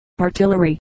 artillery